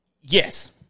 Yes